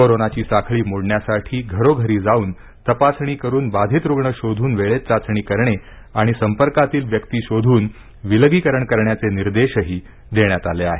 कोरोनाची साखळी मोडण्यासाठी घरोघरी जाऊन तपासणी करून बाधित रूग्ण शोधून वेळेत चाचणी करणे संपर्कातील व्यक्ती शोधून आणि विलगीकरणकरण्याचे निर्देशही देण्यात आले आहेत